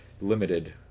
Limited